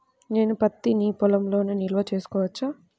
నేను పత్తి నీ పొలంలోనే నిల్వ చేసుకోవచ్చా?